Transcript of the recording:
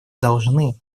должны